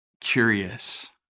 curious